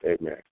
Amen